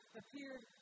appeared